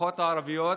למשפחות הערביות